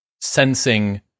sensing